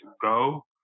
go